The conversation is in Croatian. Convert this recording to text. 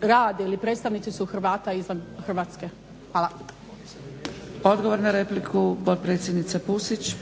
radili, predstavnici su Hrvata izvan Hrvatske. Hvala. **Zgrebec, Dragica (SDP)** Odgovor na repliku potpredsjednica Pusić.